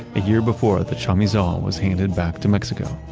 a year before the chamizal was handed back to mexico.